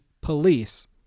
police